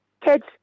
Kids